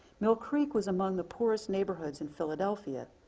mill creek was among the poorest neighborhoods in philadelphia.